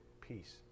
peace